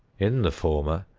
in the former,